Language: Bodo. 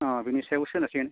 आह बेनि सायाव सोनारसिगोन